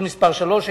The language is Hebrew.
(תיקון מס' 3),